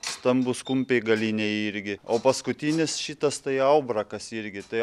stambūs kumpiai galiniai irgi o paskutinis šitas tai aubrakas irgi tai